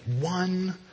One